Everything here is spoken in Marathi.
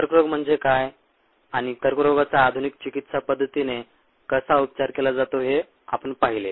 कर्करोग म्हणजे काय आणि कर्करोगाचा आधुनिक चिकित्सा पद्धतीने कसा उपचार केला जातो हे आपण पाहिले